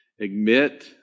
Admit